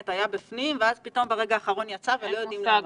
היה בפנים ואז פתאום ברגע האחרון יצא ולא יודעים למה.